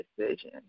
decision